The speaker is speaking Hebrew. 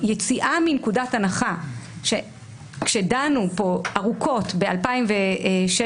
היציאה מנקודת הנחה שכשדנו פה ארוכות מ-2016